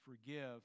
forgive